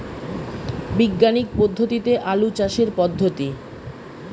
বিজ্ঞানিক পদ্ধতিতে আলু চাষের পদ্ধতি?